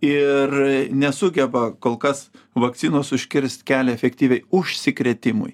ir nesugeba kol kas vakcinos užkirst kelią efektyviai užsikrėtimui